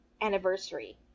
anniversary